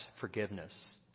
forgiveness